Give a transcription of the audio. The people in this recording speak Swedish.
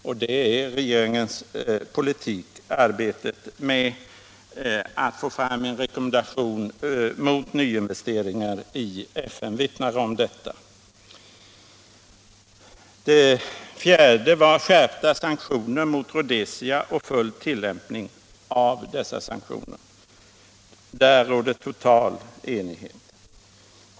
Det är också regeringens politik; arbetet på att få fram en rekommendation i FN mot nyinvesteringar vittnar om detta. Det fjärde var skärpta sanktioner mot Rhodesia och full tillämpning av dessa sanktioner. Där råder total enighet.